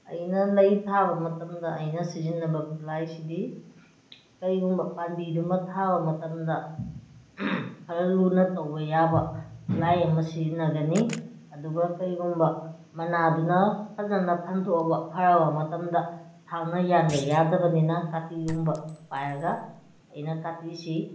ꯑꯩꯅ ꯂꯩ ꯊꯥꯕ ꯃꯇꯝꯗ ꯑꯩꯅ ꯁꯤꯖꯤꯟꯅꯕ ꯈꯨꯠꯂꯥꯏꯁꯤꯗꯤ ꯀꯔꯤꯒꯨꯝꯕ ꯄꯥꯝꯕꯤꯗꯨꯃ ꯊꯥꯕ ꯃꯇꯝꯗ ꯈꯔ ꯂꯨꯅ ꯇꯧꯕ ꯌꯥꯕ ꯈꯨꯠꯂꯥꯏ ꯑꯃ ꯁꯤꯖꯤꯟꯅꯒꯅꯤ ꯑꯗꯨꯒ ꯀꯩꯒꯨꯝꯕ ꯃꯅꯥꯗꯨꯅ ꯐꯖꯅ ꯐꯟꯗꯣꯛꯑꯕ ꯐꯔꯛꯑꯕ ꯃꯇꯝꯗ ꯊꯥꯡꯅ ꯌꯥꯟꯕ ꯌꯥꯗꯕꯅꯤꯅ ꯀꯥꯇꯤꯒꯨꯝꯕ ꯄꯥꯏꯔꯒ ꯑꯩꯅ ꯀꯥꯇꯤꯁꯤ